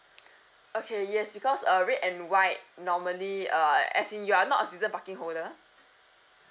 okay yes because uh red and white normally uh as in you're not a season parking holder